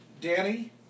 Danny